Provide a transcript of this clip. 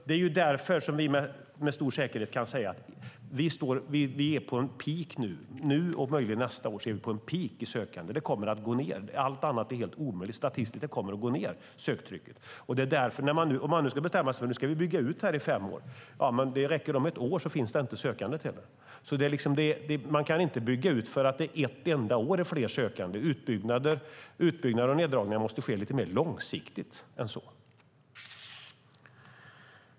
Det är därför som vi med stor säkerhet kan säga att vi nu och möjligen nästa år är på en peak i sökandet. Det kommer att gå ned, allt annat är statistiskt omöjligt. Söktrycket kommer att gå ned. Om man ska bestämma sig för att bygga ut i fem år finns det om ett år inte sökande till platserna. Man kan inte bygga ut för att det ett enda år är fler sökande. Utbyggnad och neddragningar måste ske lite mer långsiktigt än så.